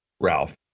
Ralph